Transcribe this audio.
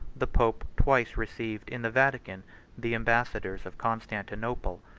the pope twice received in the vatican the ambassadors of constantinople.